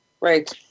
right